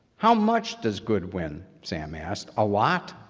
how much does good win, sam asked, a lot?